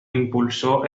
impulsó